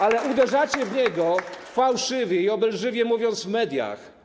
Ale uderzacie w niego, fałszywie i obelżywie mówiąc w mediach.